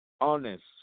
honest